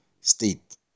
state